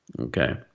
Okay